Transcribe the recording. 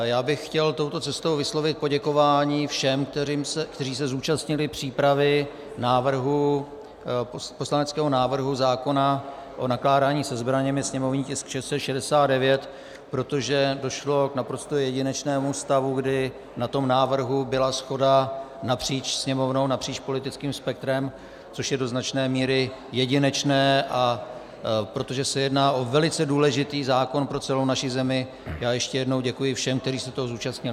Já bych chtěl touto cestou vyslovit poděkování všem, kteří se zúčastnili přípravy poslaneckého návrhu zákona o nakládání se zbraněmi, sněmovní tisk 669, protože došlo k naprosto jedinečnému stavu, kdy na tom návrhu byla shoda napříč Sněmovnou, napříč politickým spektrem, což je do značné míry jedinečné, a protože se jedná o velice důležitý zákon pro celou naši zemi, já ještě jednou děkuji všem, kteří se toho zúčastnili.